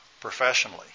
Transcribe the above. professionally